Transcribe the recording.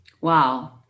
Wow